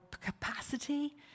capacity